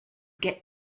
get